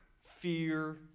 fear